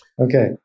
Okay